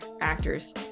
actors